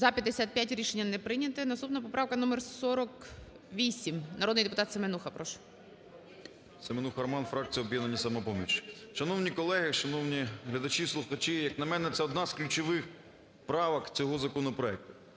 За-55 Рішення не прийнято. Наступна поправка номер 48. Народний депутат Семенуха, прошу. 13:30:57 СЕМЕНУХА Р.С. Семенуха Роман, фракція "Об'єднання "Самопоміч". Шановні колеги, шановні глядачі й слухачі, як на мене, це одна з ключових правок цього законопроекту.